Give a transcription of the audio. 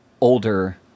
older